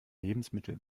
lebensmittel